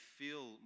feel